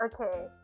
okay